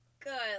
Good